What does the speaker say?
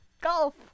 golf